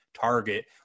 target